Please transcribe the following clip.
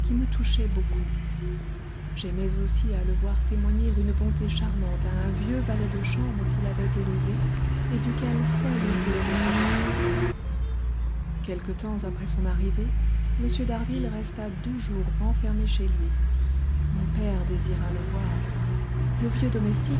me touchait beaucoup j'aimais aussi à le voir témoigner une bonté charmante à un vieux valet de chambre qui l'avait élevé et duquel seul il voulait recevoir des soins quelque temps après son arrivée m d'harville resta deux jours renfermé chez lui mon père désira le voir le vieux domestique